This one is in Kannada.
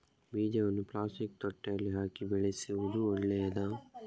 ಬೀಜವನ್ನು ಪ್ಲಾಸ್ಟಿಕ್ ತೊಟ್ಟೆಯಲ್ಲಿ ಹಾಕಿ ಬೆಳೆಸುವುದು ಒಳ್ಳೆಯದಾ?